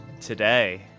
Today